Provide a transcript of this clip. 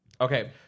okay